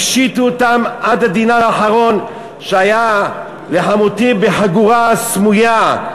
הפשיטו אותם עד הדינר האחרון שהיה לחמותי בחגורה סמויה.